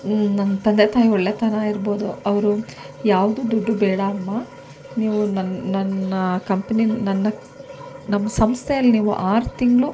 ನನ್ನ ತಂದೆ ತಾಯಿ ಒಳ್ಳೆತನ ಇರ್ಬೋದು ಅವರು ಯಾವುದೂ ದುಡ್ಡು ಬೇಡಮ್ಮಾ ನೀವು ನನ್ನ ನನ್ನ ಕಂಪ್ನಿ ನನ್ನ ನಮ್ಮ ಸಂಸ್ಥೆಲಿ ನೀವು ಆರು ತಿಂಗಳು